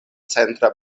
centra